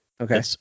Okay